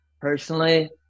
personally